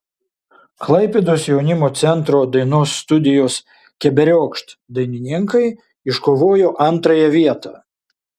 klaipėdos jaunimo centro dainos studijos keberiokšt dainininkai iškovojo antrąją vietą